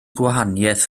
gwahaniaeth